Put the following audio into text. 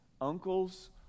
uncles